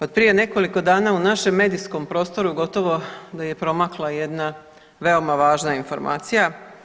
Od prije nekoliko dana u našem medijskom prostoru gotovo da je promakla jedna veoma važna informacija.